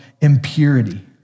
impurity